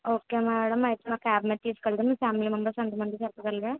okay madam ఐతే మా క్యాబ్లో తీసుకెళ్తాము మీ ఫ్యామిలీ మెంబెర్స్ ఎంతమంది చెప్పగలరా